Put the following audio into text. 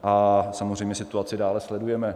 A samozřejmě situaci dále sledujeme.